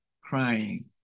crying